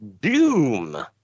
Doom